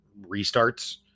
restarts